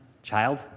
Child